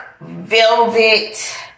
velvet